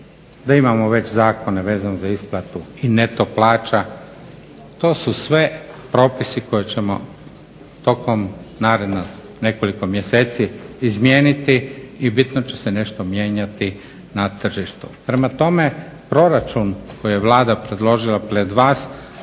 da imamo već zakone vezano za isplatu i neto plaća. To su sve propisi koje ćemo tokom narednih nekoliko mjeseci izmijeniti i bitno će se nešto mijenjati na tržištu. Prema tome, proračun koji je Vlada predložila pred vas